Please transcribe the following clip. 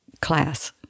class